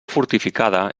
fortificada